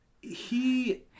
He-